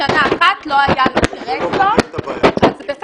בשנה אחת לא היה דירקטור בסדר,